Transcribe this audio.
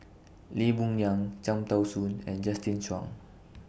Lee Boon Yang Cham Tao Soon and Justin Zhuang